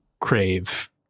crave